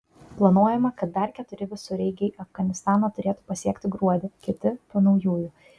planuojama kad dar keturi visureigiai afganistaną turėtų pasiekti gruodį kiti po naujųjų